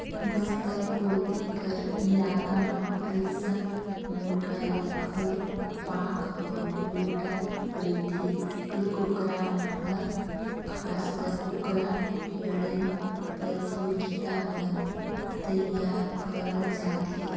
बस्तर कोती कर इलाका म अइसन मुरगा लेखर पांख ह उल्टा रहिथे ए कुकरा मन हर खासकर कुकरा लड़ई परतियोगिता बर तइयार करल जाथे